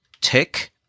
tick